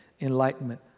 enlightenment